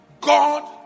God